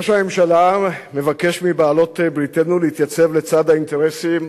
ראש הממשלה מבקש מבעלות בריתנו להתייצב לצד האינטרסים